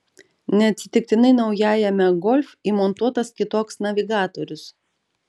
neatsitiktinai naujajame golf įmontuotas kitoks navigatorius